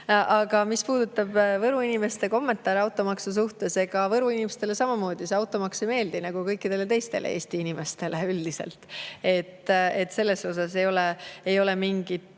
Mis puudutab Võru inimeste kommentaare automaksu kohta, siis ega Võru inimestele samamoodi see automaks ei meeldi nagu kõikidele teistele Eesti inimestele üldiselt. Selles osas ei ole mingit